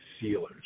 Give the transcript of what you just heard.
sealers